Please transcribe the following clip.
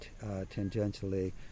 tangentially